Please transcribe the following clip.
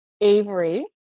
Avery